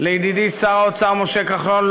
לידידי שר האוצר משה כחלון,